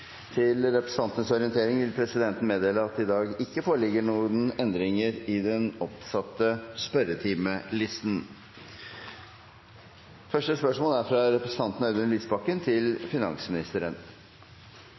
Til representantenes orientering vil presidenten meddele at det i dag ikke foreligger noen endringer i den oppsatte spørsmålslisten. Jeg vil gjerne stille følgende spørsmål til finansministeren: «På spørsmål fra